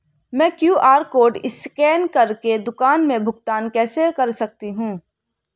मैं QR code scan कर के दुकान में भुगतान कैसे कर सकती हूँ?